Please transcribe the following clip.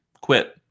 quit